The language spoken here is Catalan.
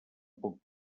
puc